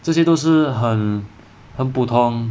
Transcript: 这些都是很很普通